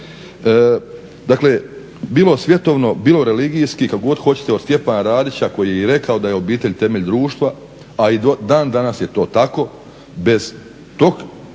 Dakle, bilo svjetovno, bilo religijski kako god hoćete od Stjepana Radića koji je rekao da je obitelj temelj društva, a i dan danas je to tako, bez tog,